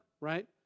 right